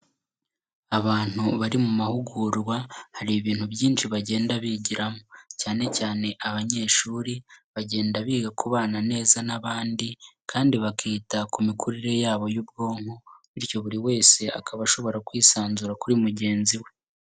Abantu bari mu mahugurwa, hari ibintu byinshi bagenda bigiramo, cyane cyane abanyeshuri bagenda biga kubana neza n'abandi kandi bakita ku mikurire yabo y'ubwonko bityo buri wese akaba ashobora kwisanzura kuri mugenzi we.